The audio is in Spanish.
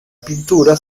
pintura